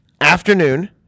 Afternoon